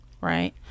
right